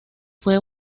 fue